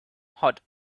had